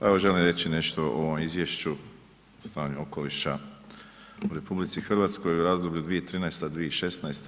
Evo želim reći nešto o ovom izvješću, stanje okoliša u RH u razdoblju 2013.-2016.